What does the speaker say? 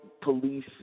police